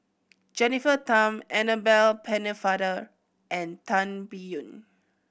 Jennifer Tham Annabel Pennefather and Tan Biyun